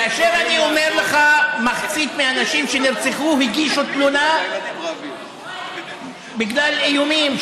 כאשר אני אומר לך: מחצית מהנשים שנרצחו הגישו תלונה בגלל איומים,